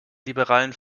liberalen